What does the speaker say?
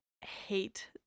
hate